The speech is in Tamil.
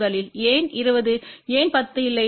முதலில் ஏன் 20 ஏன் 10 இல்லை